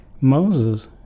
Moses